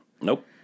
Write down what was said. Nope